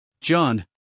John